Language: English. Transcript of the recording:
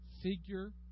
figure